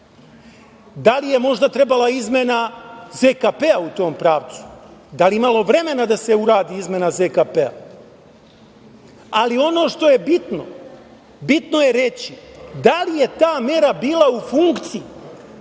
Da li je možda trebala izmena ZKP-a u tom pravcu? Da li je bilo vremena da se uradi izmena ZKP-a? Ono što je bitno, bitno je reći da li je ta mera bila u funkciji